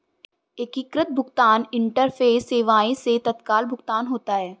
एकीकृत भुगतान इंटरफेस सेवाएं से तत्काल भुगतान होता है